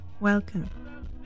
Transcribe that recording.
welcome